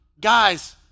guys